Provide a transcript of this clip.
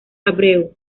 abreu